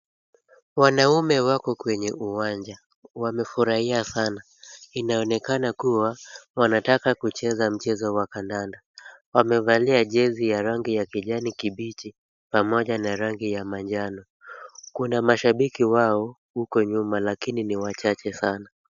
Wanaume wako kwenye uwanja, wamefurahia sana. Inaonekana kuwa wanataka kucheza mchezo wa kandanda. Wamevalia jezi ya rangi ya kijani kibichi pamoja na rangi ya manjano. Kuna mashabiki wao huko nyuma lakini ni wachache sana.